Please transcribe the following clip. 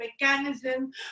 mechanism